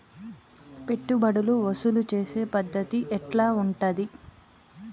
పెట్టుబడులు వసూలు చేసే పద్ధతి ఎట్లా ఉంటది?